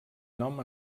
nom